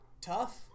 tough